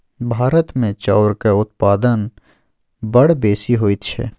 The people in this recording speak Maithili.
भारतमे चाउरक उत्पादन बड़ बेसी होइत छै